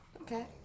okay